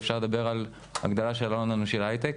ואפשר לדבר על הגדלה של הון אנושי להייטק,